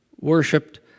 worshipped